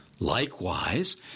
Likewise